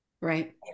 right